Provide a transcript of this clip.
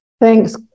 Thanks